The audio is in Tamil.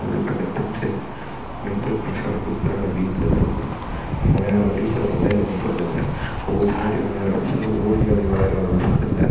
அவங்களுக்கு அந்த டென்ஷன் மெண்டல் ஃப்ரெஷ்ஷரை கொடுக்குறாங்க வீட்டில் இருக்கிறவங்க விளையாடுற வயசில் விளையாட விடுறது இல்லை ஓடியாடி விளையாடுகிற வயசில் ஓடியாடி விளையாட விடுறது இல்லை